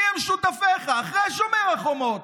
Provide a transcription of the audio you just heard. מיהם שותפיך אחרי שומר החומות?